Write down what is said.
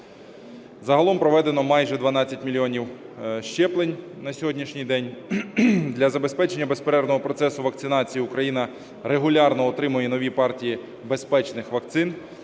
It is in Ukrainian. Загалом проведено майже 12 мільйонів щеплень на сьогоднішній день. Для забезпечення безперервного процесу вакцинації Україна регулярно отримує нові партії безпечних вакцин,